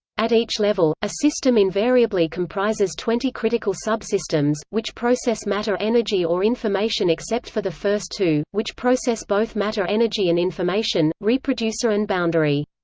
at each level, a system invariably comprises twenty critical subsystems, which process matter-energy or information except for the first two, which process both matter-energy and information reproducer and boundary.